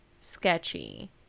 sketchy